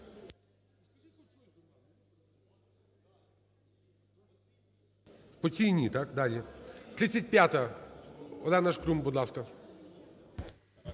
35-а. Олена Шкрум, будь ласка.